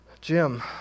Jim